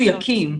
מדויקים.